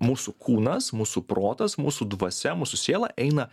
mūsų kūnas mūsų protas mūsų dvasia mūsų siela eina